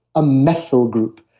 a methyl group.